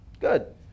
good